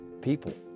people